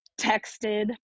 texted